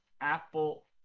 apple